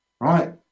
right